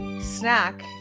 Snack